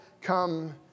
come